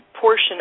portion